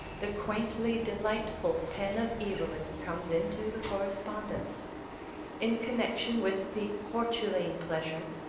the quaintly delightful pen of evelyn comes into the correspondence in connexion with the hortulane pleasure.